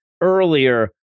earlier